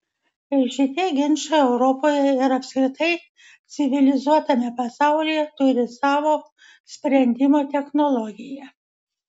ir šitie ginčai europoje ir apskritai civilizuotame pasaulyje turi savo sprendimo technologiją